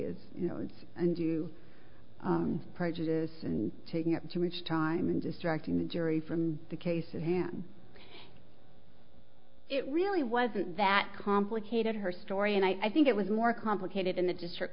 is you know it's undue prejudice and taking up too much time and distracting the jury from the case at hand it really wasn't that complicated her story and i think it was more complicated in the district